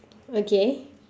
okay